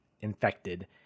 infected